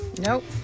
Nope